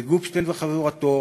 וגופשטיין וחבורתו